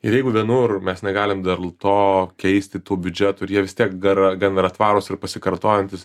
ir jeigu vienur mes negalim dėl to keisti tų biudžetų ir jie vis tiek dar gan yra tvarūs ir pasikartojantys